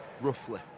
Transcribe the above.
roughly